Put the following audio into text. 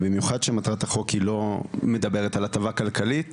במיוחד כשמטרת החוק היא לא מדברת על הטבה כלכלית,